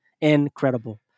Incredible